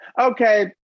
Okay